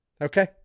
okay